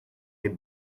est